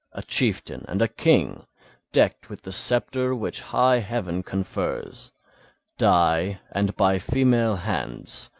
a chieftain and a king decked with the sceptre which high heaven confers die, and by female hands,